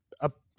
up